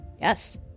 Yes